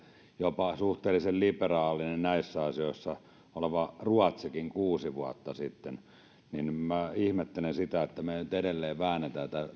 jopa suhteellisen liberaalina näissä asioissa oleva ruotsikin kuusi vuotta sitten minä ihmettelen sitä että me nyt edelleen väännämme